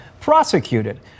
prosecuted